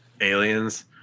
aliens